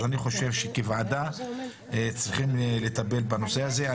אני חושב שכוועדה צריכים לטפל בנושא הזה.